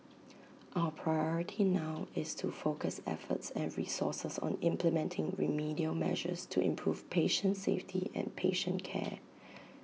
our priority now is to focus efforts and resources on implementing remedial measures to improve patient safety and patient care